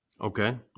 okay